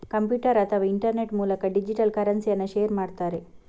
computer ಅಥವಾ internet ಮೂಲಕ digital ಕರೆನ್ಸಿಯನ್ನ ಶೇರ್ ಮಾಡ್ತಾರೆ